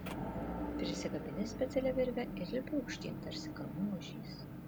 prisikabini specialia virve ir lipi aukštyn tarsi kalnų ožys